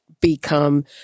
become